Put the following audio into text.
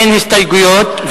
אין הסתייגויות,